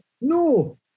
no